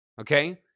Okay